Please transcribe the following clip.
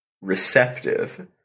receptive